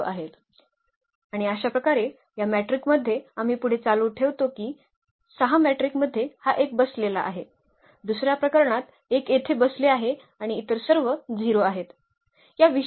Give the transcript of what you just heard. तर आम्ही साठी आणि आणि हे देखील निवडू शकतो तर हा चा आधार देखील बनवेल आणि आपण पाहिले की ते 1 वेक्टर होते ते दुसरे होते आणि तिसरा होता